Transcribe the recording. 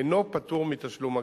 אינו פטור מתשלום אגרה,